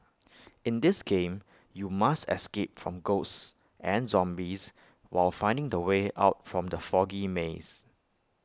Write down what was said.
in this game you must escape from ghosts and zombies while finding the way out from the foggy maze